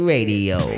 Radio